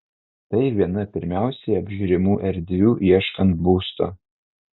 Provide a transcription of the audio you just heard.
tai viena pirmiausiai apžiūrimų erdvių ieškant būsto